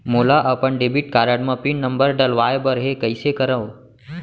मोला अपन debit card म पिन नंबर डलवाय बर हे कइसे करव?